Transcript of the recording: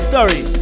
Sorry